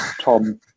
Tom